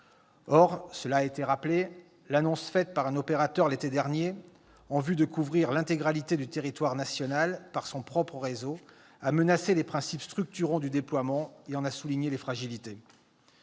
Or, cela a été rappelé, l'annonce faite par un opérateur l'été dernier, en vue de couvrir l'intégralité du territoire national par son propre réseau, a menacé les principes structurants du déploiement et en a souligné les fragilités.